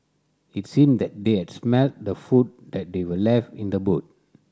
it seemed that they had smelt the food that they were left in the boot